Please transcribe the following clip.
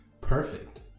perfect